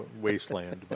wasteland